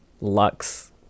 Lux